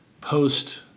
post